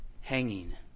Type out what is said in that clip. hanging